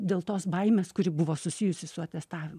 dėl tos baimės kuri buvo susijusi su atestavimu